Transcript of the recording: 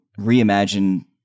reimagine